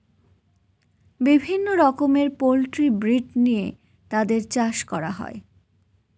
বিভিন্ন রকমের poultry breed নিয়ে তাদের চাষ করা হয়